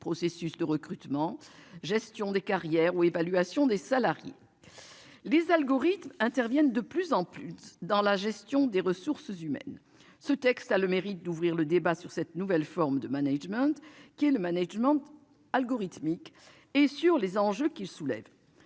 Processus de recrutement, gestion des carrières ou évaluation des salariés. Les algorithmes interviennent de plus en plus dans la gestion des ressources humaines. Ce texte a le mérite d'ouvrir le débat sur cette nouvelle forme de management qui est le management. Algorithmique et sur les enjeux qu'il soulève.